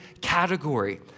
category